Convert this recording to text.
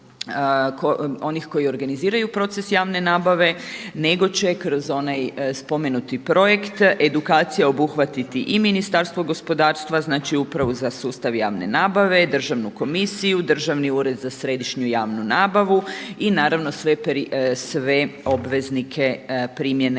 onih koji organiziraju proces javne nabave nego će kroz onaj spomenuti projekt edukacija obuhvatiti i Ministarstvo gospodarstva, znači Upravu za sustav javne nabave, Državnu komisiju, Državni ured za središnju javnu nabavu i naravno sve obveznike primjene